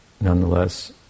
nonetheless